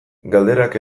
galderak